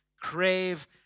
crave